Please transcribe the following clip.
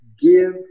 Give